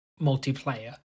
multiplayer